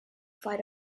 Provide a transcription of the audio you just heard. fight